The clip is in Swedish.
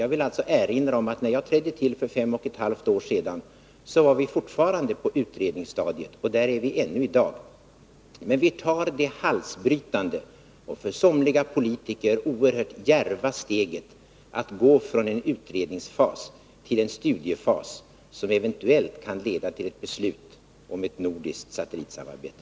Jag vill erinra om att när jag trädde till för fem och ett halvt år sedan så var vi fortfarande på utredningsstadiet, och där är vi ännu i dag. Men vi tar det ”halsbrytande” och för somliga politiker oerhört djärva steget att gå från en utredningsfas till en studiefas, som eventuellt kan leda till ett beslut om ett nordiskt satellitsamarbete.